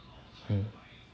mm